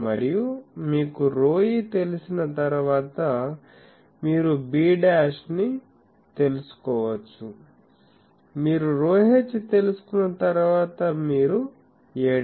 మరియు మీకు ρe తెలిసిన తర్వాత మీరు b నీ తెలుసుకోవచ్చు మీరు ρh తెలుసుకున్న తర్వాత మీరు a' ని కనుగొనవచ్చు